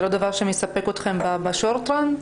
זה לא מספק אתכם בטווח הקצר?